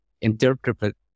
interpret